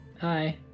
Hi